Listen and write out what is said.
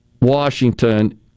Washington